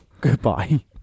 Goodbye